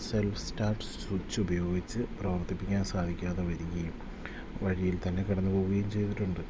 self starts switch ഉപയോഗിച്ചു പ്രവർത്തിപ്പിക്കാൻ സാധിക്കാതെ വരികയും വഴിയിൽ തന്നെ കിടന്നു പോകുകയും ചെയ്തിട്ടുണ്ട്